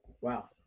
Wow